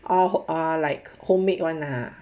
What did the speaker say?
ah ah like homemade [one] lah